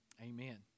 Amen